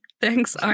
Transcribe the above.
Thanks